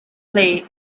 play